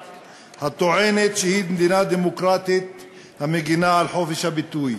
הטוענת שהיא מדינה דמוקרטית המגינה על חופש הביטוי.